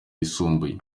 yisumbuye